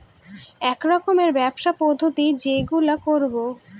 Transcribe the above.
এক রকমের ব্যবসার পদ্ধতি যেইগুলো করবো